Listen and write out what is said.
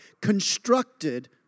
constructed